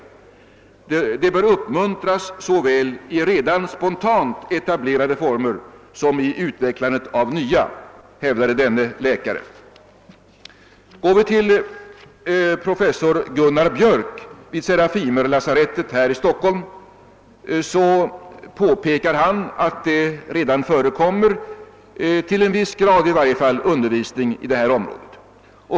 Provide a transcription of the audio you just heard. Det bör uppmuntras såväl i redan spontant etablerade former som i utvecklande av nya.» Professor Gunnar Biörck vid Serafimerlasarettet här i Stockholm påpekar att det redan förekommer, åtminstone till en viss grad, undervisning på detta område.